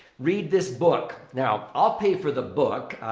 read this book. now, i'll pay for the book.